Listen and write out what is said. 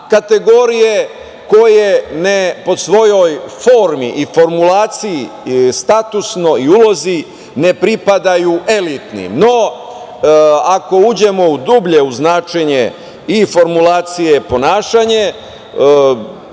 kategorije koje ne po svojoj formi i formulaciji, statusnoj ulozi ne pripadaju elitnim.No, ako uđemo dublje u značenje i formulacije ponašanja,